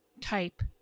type